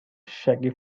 shaky